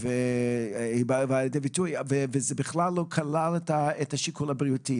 וזה בכלל לא כלל את השיקול הבריאותי,